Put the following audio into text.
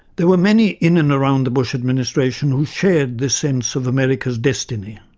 there were many in and around the bush administration who shared this sense of america's destiny.